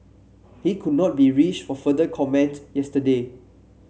he could not be reached for further comment yesterday